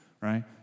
right